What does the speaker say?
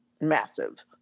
massive